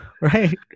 right